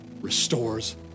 restores